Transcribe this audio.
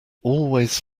always